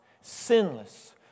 sinless